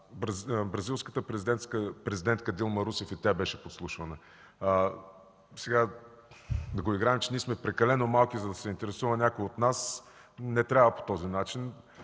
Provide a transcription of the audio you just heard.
бразилската президентка Дилма Русеф беше подслушвана. Да играем, че ние сме прекалено малки, за да се интересува някой от нас – не трябва по този начин.